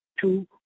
Two